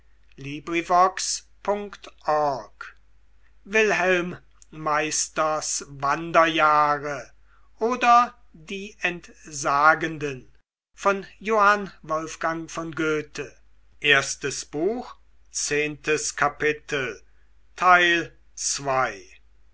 wilhelm meisters wanderjahre oder die entsagenden